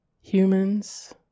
humans